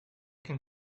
can